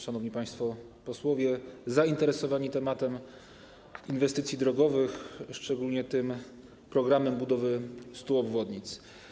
Szanowni Państwo Posłowie zainteresowani tematem inwestycji drogowych, szczególnie programem budowy 100 obwodnic!